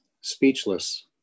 speechless